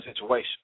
situation